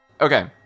Okay